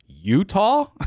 Utah